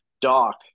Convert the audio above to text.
Doc